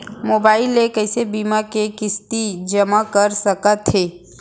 Mobile ले कइसे बीमा के किस्ती जेमा कर सकथव?